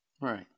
Right